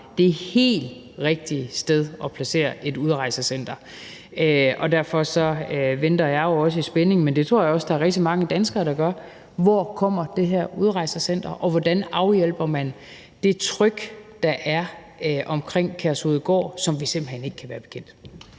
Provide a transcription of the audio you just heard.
det helt rigtige sted at placere et udrejsecenter. Derfor venter jeg jo også i spænding, og det tror jeg også der er rigtig mange danskere der gør, på at høre: Hvor kommer det her udrejsecenter, og hvordan afhjælper man det tryk, der er omkring Kærshovedgård, som vi simpelt hen ikke kan være bekendt?